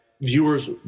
viewers